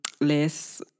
less